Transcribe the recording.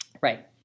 Right